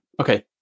Okay